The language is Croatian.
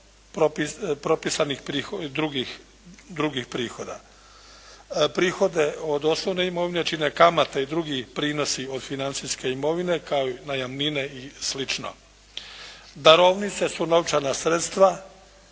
propisanih drugih prihoda. Prihode od osnovne imovine čine kamate i drugi prinosi od financijske imovine kao i najamnine i slično. Darovnice su novčana sredstva,